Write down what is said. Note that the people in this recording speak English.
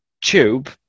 Tube